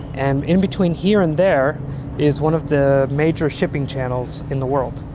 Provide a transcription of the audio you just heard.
and in between here and there is one of the major shipping channels in the world.